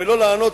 ולא לענות,